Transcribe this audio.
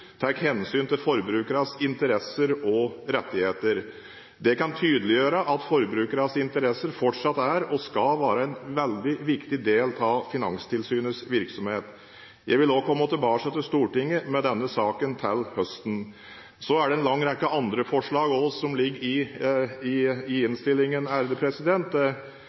hensyn til forbrukernes interesser og rettigheter. Det kan tydeliggjøre at forbrukernes interesser fortsatt er – og skal være – en veldig viktig del av Finanstilsynets virksomhet. Jeg vil komme tilbake til Stortinget også med denne saken til høsten. Så er det en lang rekke andre forslag som også ligger i